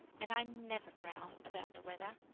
and i never growl about the weather.